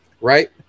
Right